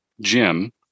Jim